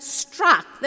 struck